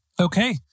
Okay